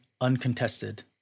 uncontested